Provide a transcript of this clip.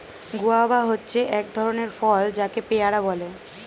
guava হচ্ছে এক ধরণের ফল যাকে পেয়ারা বলে